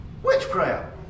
Witchcraft